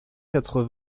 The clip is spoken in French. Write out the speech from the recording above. quatre